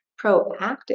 Proactive